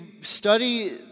study